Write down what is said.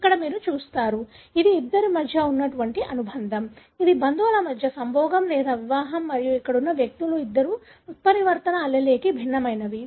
ఇక్కడ మీరు చూస్తారు ఇది ఇద్దరి మధ్య అనుబంధం ఇది బంధువుల మధ్య సంభోగం లేదా వివాహం మరియు ఇక్కడ ఉన్న వ్యక్తులు ఇద్దరూ ఉత్పరివర్తన allele కి భిన్నమైనవి